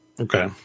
Okay